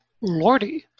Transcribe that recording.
lordy